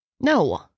No